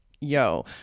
Yo